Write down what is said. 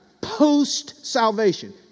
post-salvation